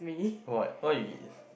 what what you eat